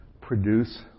produce